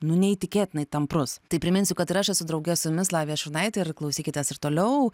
nu neįtikėtinai tamprus tai priminsiu kad ir aš esu drauge su jumis lavija šurnaitė ir klausykitės ir toliau